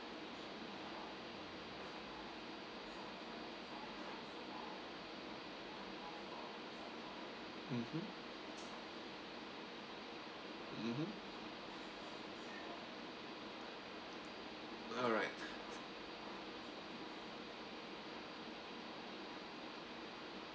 mmhmm mmhmm alright